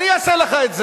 אני אעשה לך את זה: